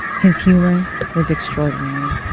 his humor was extraordinary